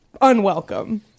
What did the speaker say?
unwelcome